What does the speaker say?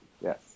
yes